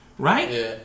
Right